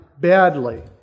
badly